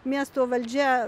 miesto valdžia